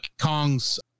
Kong's